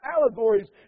allegories